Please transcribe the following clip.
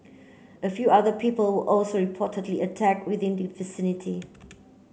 a few other people were also reportedly attack within the vicinity